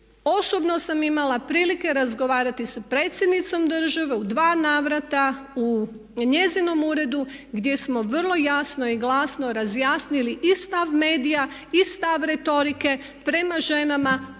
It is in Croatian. osobno sam imala prilike razgovarati sa predsjednicom države u dva navrata u njezinom uredu gdje smo vrlo jasno i glasno razjasnili i stav medija i stav retorike prema ženama